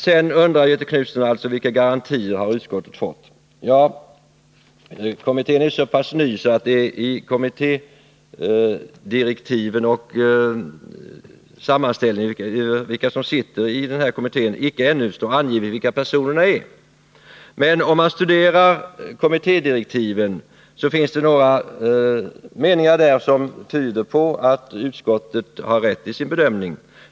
Den andra frågan gällde vilka garantier utskottet har fått från kommittén för att frågan skall behandlas. Ja, kommittén är ju så pass ny att det i kommittéberättelsen om kommittéernas sammansättning ännu icke står angivet vilka personer som skall ingå i kommittén. Men om man studerar kommittédirektiven finner man några meningar som tyder på att utskottet har rätt i sin bedömning.